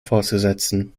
fortzusetzen